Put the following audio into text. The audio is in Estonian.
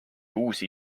uusi